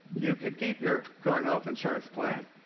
you can keep your current health insurance plan.